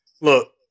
Look